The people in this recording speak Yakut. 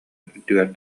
үрдүгэр